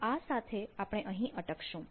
તો આ સાથે આપણે અહીં અટકશું